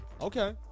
okay